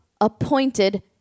appointed